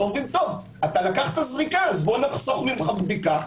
אומרים: לקחת זריקה אז בוא נחסוך ממך בדיקה,